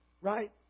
Right